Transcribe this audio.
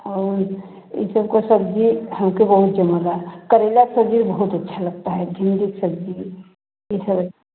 और यह सबको सब्ज़ी हमको बहुत जमेगा करेला का सब्ज़ी बहुत अच्छा लगता है सब्ज़ी ठीक है